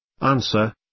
Answer